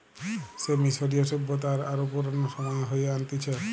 সে মিশরীয় সভ্যতা আর আরো পুরানো সময়ে হয়ে আনতিছে